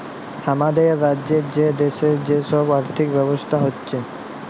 হামাদের রাজ্যের বা দ্যাশের যে সব আর্থিক ব্যবস্থা হচ্যে